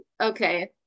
okay